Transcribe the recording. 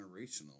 generational